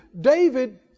David